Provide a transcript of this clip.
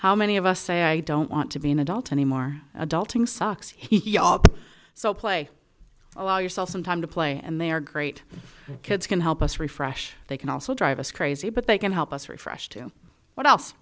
how many of us say i don't want to be an adult anymore adult ing socks y'all so play allow yourself some time to play and they are great kids can help us refresh they can also drive us crazy but they can help us refresh to what else